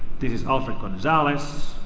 this is ah gonzalez.